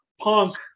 Punk